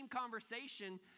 conversation